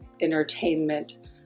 entertainment